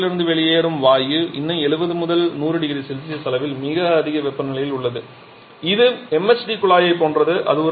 அனோடில் இருந்து வெளியேறும் வாயு இன்னும் 70 முதல் 100 0C அளவில் மிக அதிக வெப்பநிலையில் உள்ளது இது MHD குழாயைப் போன்றது